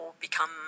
become